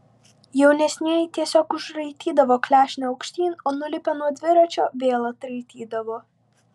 jaunesnieji tiesiog užraitydavo klešnę aukštyn o nulipę nuo dviračio vėl atraitydavo